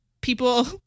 people